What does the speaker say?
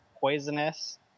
poisonous